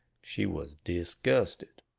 she was disgusted.